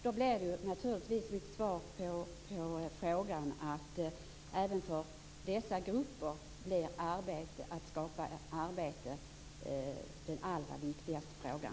Då blir naturligtvis mitt svar att även för dessa grupper är att skapa arbeten den allra viktigaste frågan.